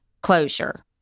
closure